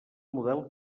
model